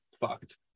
fucked